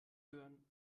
hören